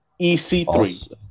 EC3